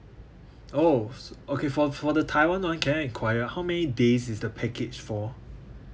oh so okay for for the taiwan [one] can I enquire how many days is the package for